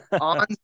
on